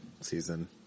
season